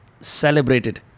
celebrated